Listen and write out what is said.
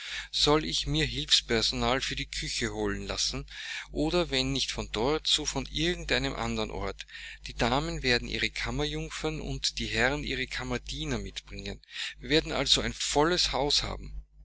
soll ich mir hilfspersonal für die küche holen lassen oder wenn nicht von dort so von irgend einem andern orte die damen werden ihre kammerjungfern und die herren ihre kammerdiener mitbringen wir werden also ein volles haus haben